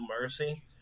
mercy